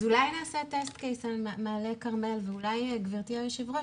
אז אולי נעשה בדיקה על מעלה כרמל ואולי גבירתי היושבת-ראש